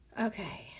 okay